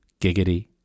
giggity